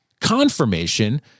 confirmation